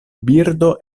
birdo